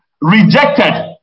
rejected